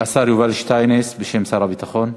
השר יובל שטייניץ, בשם שר הביטחון.